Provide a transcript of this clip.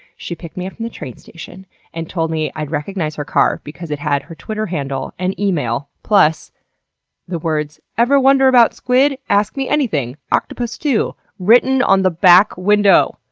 she picked me up from the train station and told me i'd recognize her car because it had her twitter handle and email, plus the words, ever wonder about squid? ask me anything octopus too! written on the back window!